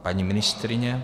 Paní ministryně?